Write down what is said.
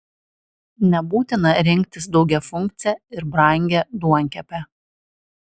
nebūtina rinktis daugiafunkcę ir brangią duonkepę